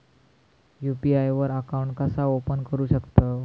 UPI वर account कसा open करू शकतव?